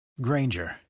Granger